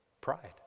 Pride